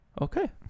Okay